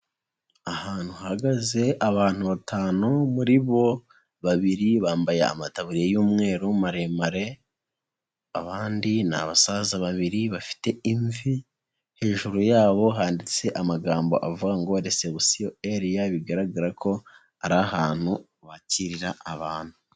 Ahantu hahagaze abantu batanu muri bo babiri bambaye amataburi y'umweru maremare, abandi ni abasaza babiri bafite imvi, hejuru yabo handitse amagambo avuga ngo Reception area, bigaragara ko ari ahantu bakirira abantu.